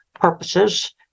purposes